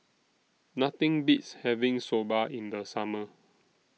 Nothing Beats having Soba in The Summer